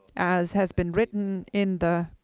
as has been written in the